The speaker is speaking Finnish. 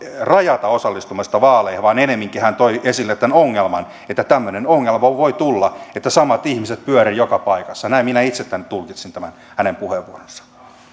rajata osallistumista vaaleihin vaan ennemminkin hän toi esille tämän ongelman että voi tulla tämmöinen ongelma että samat ihmiset pyörivät joka paikassa näin minä itse tulkitsin tämän hänen puheenvuoronsa